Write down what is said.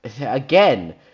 again